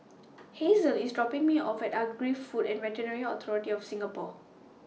Hazle IS dropping Me off At Agri Food and Veterinary Authority of Singapore